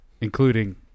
Including